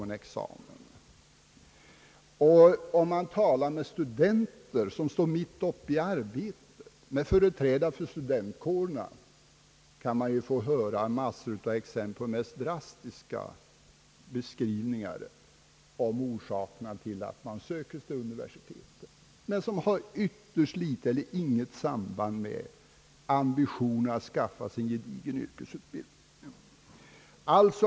Om man talar med företrädare för studentkårerna, som står mitt uppe i arbetet, kan man få höra de mest drastiska orsaker till att folk söker sig till universiteten, motiv som har ytterst litet eller inget samband alls med ambitionen att skaffa sig en gedigen yrkesutbildning.